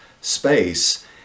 space